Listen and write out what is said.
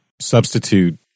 substitute